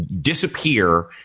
disappear